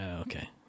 Okay